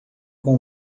com